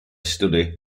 study